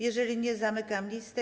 Jeżeli nie, zamykam listę.